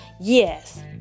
Yes